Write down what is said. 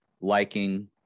liking